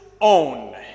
own